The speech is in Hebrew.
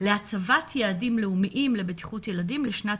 להצבת יעדים לאומיים לבטיחות ילדים לשנת